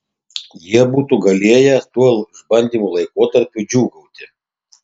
jie būtų galėję tuo išbandymo laikotarpiu džiūgauti